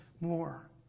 more